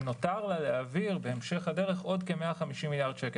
ונותר לה להעביר בהמשך הדרך עוד כ-150 מיליארד שקל.